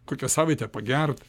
kokią savaitę pagert